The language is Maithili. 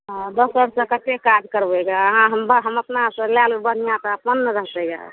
हँ दोसर सऽ कते काज करबै गऽ हम अपना सऽ लए लेबै बढ़िऑं तऽ अपन ने रहतै गऽ